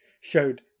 showed